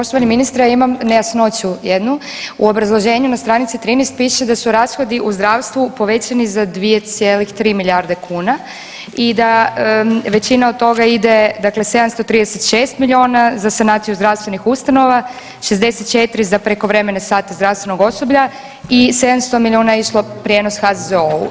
Poštovani ministre imam nejasnoću jednu, u obrazloženju na stranici 13 piše da su rashodi u zdravstvu povećani za 2,3 milijarde kuna i da većina od toga ide dakle 736 miliona za sanaciju zdravstvenih ustanova, 64 za prekovremene sate zdravstvenog osoblja i 700 miliona je išlo prijenos HZZO-u.